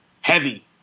Heavy